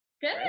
Good